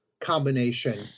combination